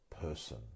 person